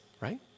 right